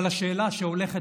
אבל השאלה שהולכת